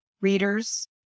readers